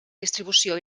distribució